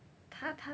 他他